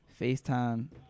FaceTime